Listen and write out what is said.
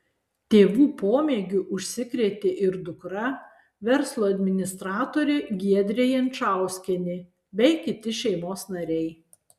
tėvų pomėgiu užsikrėtė ir dukra verslo administratorė giedrė jančauskienė bei kiti šeimos nariai